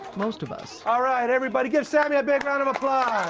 most of us all right, everybody give sammy a big round of applause.